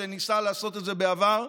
שניסה לעשות את זה בעבר,